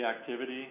activity